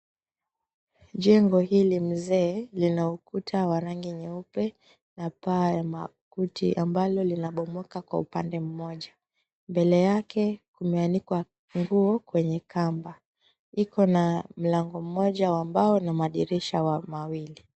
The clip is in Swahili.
Jengo hili mzee lina ukuta wa rangi nyeupe, na paa ya makuti ambalo linabomoka kwa upande mmoja. Mbele yake kumeanikwa nguo kwenye kamba. Ikona mlango mmoja wa mbao na madirisha mawili.